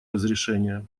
разрешения